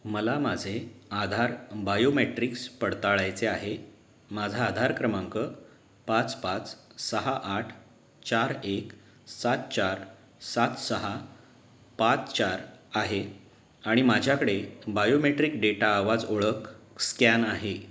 मला माझे आधार बायोमेट्रिक्स पडताळायचे आहे माझा आधार क्रमांक पाच पाच सहा आठ चार एक सात चार सात सहा पाच चार आहे आणि माझ्याकडे बायोमेट्रिक डेटा आवाज ओळख स्कॅन आहे